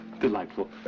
Delightful